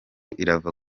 irava